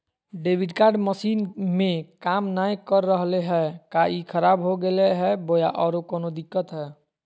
Debit card machine में काम नाय कर रहले है, का ई खराब हो गेलै है बोया औरों कोनो दिक्कत है?